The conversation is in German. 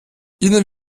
ihnen